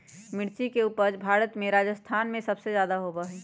मिर्च के उपज भारत में राजस्थान में सबसे ज्यादा होबा हई